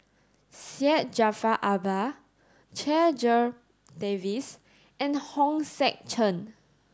Syed Jaafar Albar Checha Davies and Hong Sek Chern